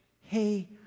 Hey